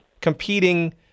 competing